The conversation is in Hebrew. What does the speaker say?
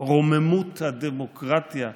רוממות הדמוקרטיה בפיהם.